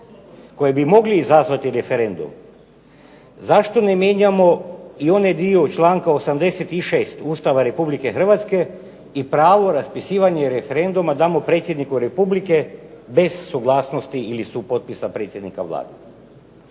koje bi mogli izazvati referendum zašto ne mijenjamo i onaj dio članka 86. Ustava Republike Hrvatske i pravo raspisivanje referenduma damo predsjedniku Republike bez suglasnosti ili supotpisa predsjednika Vlade.